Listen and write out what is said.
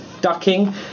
ducking